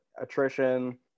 attrition